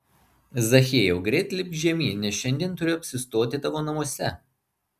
zachiejau greit lipk žemyn nes šiandien turiu apsistoti tavo namuose